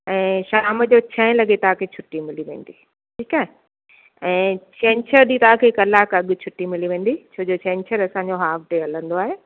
ऐं शाम जो छहें लॻे तव्हां खे छुटी मिली वेंदी ठीकु आहे ऐं छहें छहें ॾींहं तव्हां खे कलाक अॻु छुटी मिली वेंदी छंछरु असांजो हाफ़ डे हलंदो आहे